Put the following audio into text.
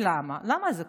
למה זה קורה?